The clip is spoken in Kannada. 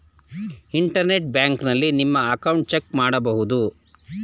ಇಂಟರ್ನೆಟ್ ಬ್ಯಾಂಕಿನಲ್ಲಿ ನಮ್ಮ ಅಕೌಂಟ್ ಚೆಕ್ ಮಾಡಬಹುದು